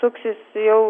suksis jau